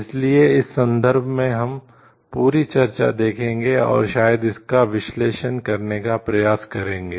इसलिए इस संदर्भ में हम पूरी चर्चा देखेंगे और शायद इसका विश्लेषण करने का प्रयास करेंगे